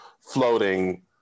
floating